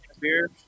beer